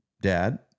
dad